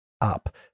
up